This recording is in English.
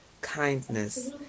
kindness